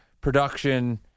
production